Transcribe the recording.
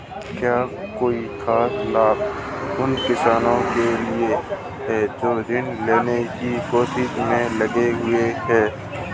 क्या कोई खास लाभ उन किसानों के लिए हैं जो ऋृण लेने की कोशिश में लगे हुए हैं?